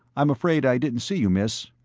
i'm afraid i didn't see you, miss.